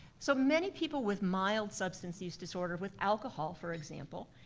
so many people with mild substance use disorder with alcohol, for example,